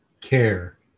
care